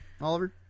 Oliver